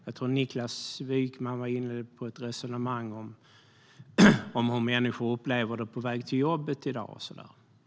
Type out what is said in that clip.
Jag tror att Niklas Wykman var inne på ett resonemang om hur människor upplever det på väg till jobbet i dag.